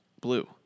blue